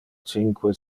cinque